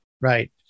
Right